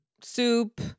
soup